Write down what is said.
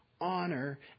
honor